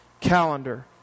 calendar